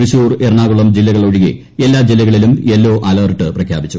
തൃശൂർ എറണാകുളം ജില്ലകൾ ഒഴികെ എല്ലാ ജില്ലകളിലും യെല്ലോ അലർട്ട് പ്രഖ്യാപിച്ചു